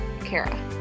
Kara